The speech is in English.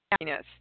happiness